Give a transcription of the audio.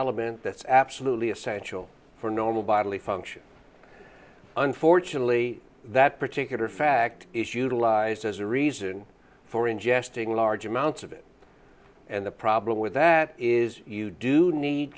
element that's absolutely essential for normal bodily function unfortunately that particular fact is utilized as a reason for ingesting large amounts of it and the problem with that is you do need